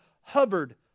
hovered